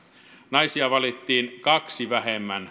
naisia valittiin kaksi vähemmän